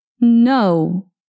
No